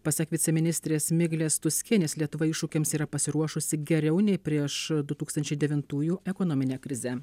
pasak viceministrės miglės tuskienės lietuva iššūkiams yra pasiruošusi geriau nei prieš du tūkstančiai devintųjų ekonominę krizę